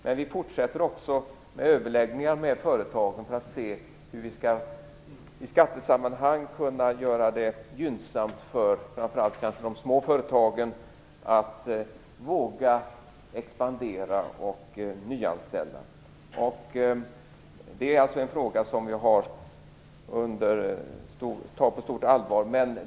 Men vi fortsätter också med överläggningar med företagen för att se hur vi i skattesammanhang skall kunna göra det gynnsamt för framför allt de små företagen att våga expandera och nyanställa. Det är alltså en fråga som vi tar på stort allvar.